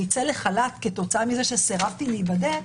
אצא לחל"ת כתוצאה מזה שסירבתי להיבדק,